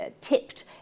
tipped